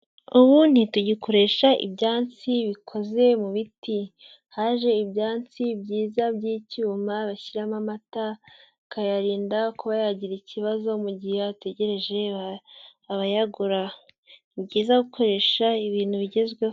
Ubu ntitugikoresha ibyansi bikoze mu biti, haje ibyansi byiza by'icyuma bashyiramo amata, bakayarinda kuba yagira ikibazo mu gihe ategereje abayagura, ni byiza gukoresha ibintu bigezweho.